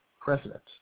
president